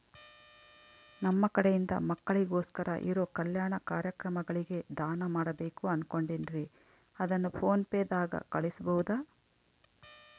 ನಮ್ಮ ಕಡೆಯಿಂದ ಮಕ್ಕಳಿಗೋಸ್ಕರ ಇರೋ ಕಲ್ಯಾಣ ಕಾರ್ಯಕ್ರಮಗಳಿಗೆ ದಾನ ಮಾಡಬೇಕು ಅನುಕೊಂಡಿನ್ರೇ ಅದನ್ನು ಪೋನ್ ಪೇ ದಾಗ ಕಳುಹಿಸಬಹುದಾ?